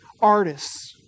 artists